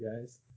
guys